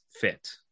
fit